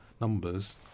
numbers